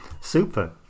super